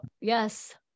yes